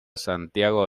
santiago